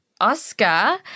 Oscar